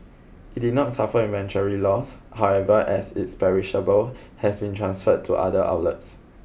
it did not suffer inventory losses however as its perishable has been transferred to other outlets